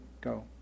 go